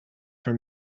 for